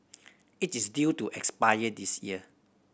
it is due to expire this year